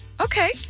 okay